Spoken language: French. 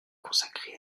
consacré